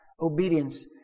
Obedience